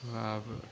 अब